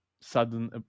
sudden